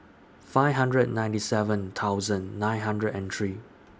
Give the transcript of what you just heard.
five hundred and ninety seven thousand nine hundred and three